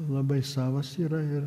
labai savas yra ir